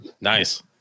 nice